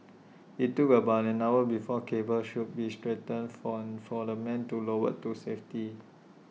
IT took about an hour before cables should be straightened form for the man to lowered to safety